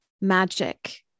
magic